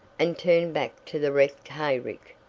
and turned back to the wrecked hayrick.